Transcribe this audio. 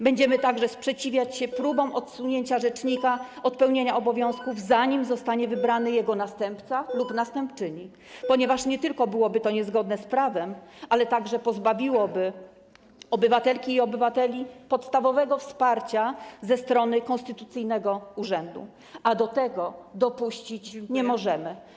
Będziemy sprzeciwiać się próbom odsunięcia rzecznika od pełnienia obowiązków zanim zostanie wybrany jego następca lub następczyni, ponieważ nie tylko byłoby to niezgodne z prawem, ale także pozbawiłoby obywatelki i obywateli podstawowego wsparcia ze strony konstytucyjnego urzędu, a do tego dopuścić nie możemy.